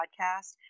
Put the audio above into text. podcast